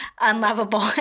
unlovable